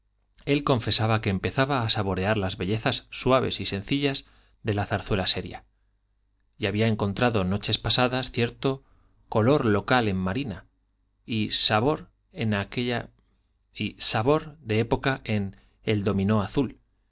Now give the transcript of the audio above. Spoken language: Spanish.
él confesaba que empezaba a saborear las bellezas suaves y sencillas de la zarzuela seria y había encontrado noches pasadas cierto color local en marina y sabor de época en el dominó azul